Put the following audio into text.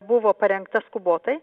buvo parengta skubotai